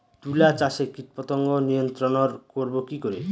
তুলা চাষে কীটপতঙ্গ নিয়ন্ত্রণর করব কি করে?